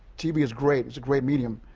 tv is great, it's a great medium,